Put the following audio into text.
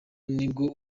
nibwo